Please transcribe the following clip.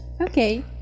Okay